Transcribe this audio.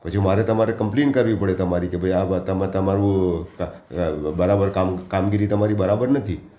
પછી મારે તમારી કંપ્લીન કરવી પડે તમારી કે ભાઇ આ તમારું બરાબર કામ કામગીરી તમારી બરાબર નથી